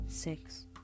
Six